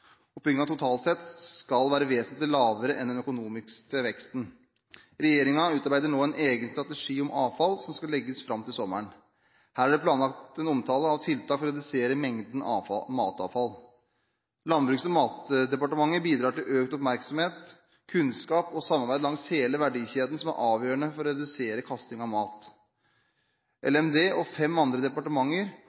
totalt sett skal være vesentlig lavere enn den økonomiske veksten. Regjeringen utarbeider nå en egen strategi om avfall, som skal legges fram til sommeren. Her er det planlagt en omtale av tiltak for å redusere mengden matavfall. Landbruks- og matdepartementet bidrar til økt oppmerksomhet, kunnskap og samarbeid langs hele verdikjeden, noe som er avgjørende for å redusere kasting av mat. Landbruks- og matdepartementet og fem andre departementer